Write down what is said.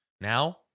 now